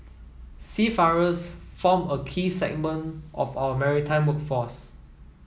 seafarers form a key segment of our maritime workforce